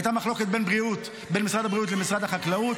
הייתה מחלוקת בין משרד הבריאות למשרד החקלאות,